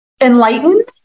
enlightened